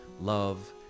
love